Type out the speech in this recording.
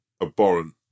abhorrent